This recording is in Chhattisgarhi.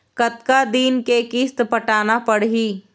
कतका दिन के किस्त पटाना पड़ही?